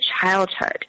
childhood